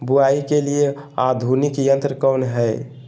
बुवाई के लिए आधुनिक यंत्र कौन हैय?